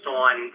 on